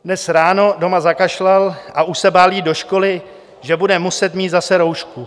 Dnes ráno doma zakašlal a už se bál jít do školy, že bude muset mít zase roušku.